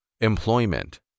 Employment